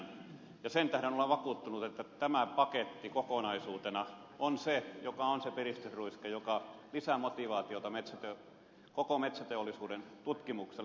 sen tähden olen vakuuttunut että tämä paketti kokonaisuutena on se joka on se piristysruiske joka lisää motivaatiota koko metsäteollisuuden tutkimukselle